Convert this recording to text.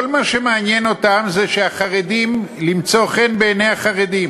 כל מה שמעניין אותם זה למצוא חן בעיני החרדים.